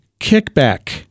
kickback